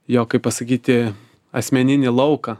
jo kaip pasakyti asmeninį lauką